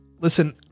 Listen